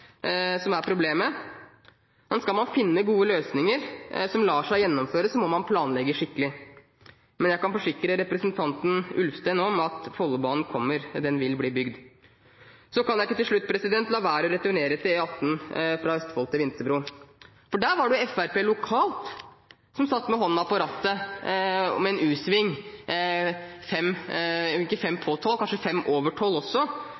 som er problemet. Skal man finne gode løsninger som lar seg gjennomføre, må man planlegge skikkelig, men jeg kan forsikre representanten Ulfsten om at Follobanen kommer, den vil bli bygd. Til slutt kan jeg ikke la være å returnere til E18 fra Østfold til Vinterbro, for der var det Fremskrittspartiet lokalt som satt med hånden på rattet og tok en u-sving – ikke fem på tolv, men kanskje fem over tolv